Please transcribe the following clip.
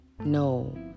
no